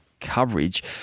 coverage